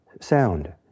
sound